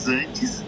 antes